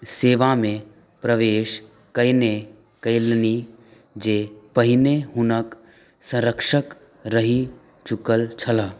सेवामे प्रवेश कएने कएलनि जे पहिने हुनक सँरक्षक रहि चुकल छलाह